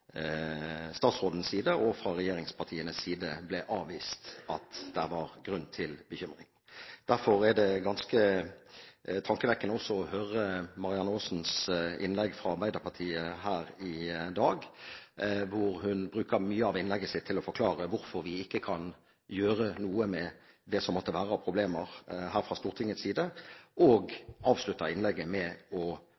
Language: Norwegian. statsrådens side og fra regjeringspartienes side ble avvist at det var grunn til bekymring. Derfor er det ganske tankevekkende også å høre innlegget til Marianne Aasen fra Arbeiderpartiet her i dag, hvor hun bruker mye av innlegget sitt til å forklare hvorfor vi fra Stortingets side ikke kan gjøre noe med det som måtte være av problemer,